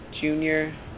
junior